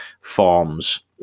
forms